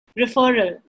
referral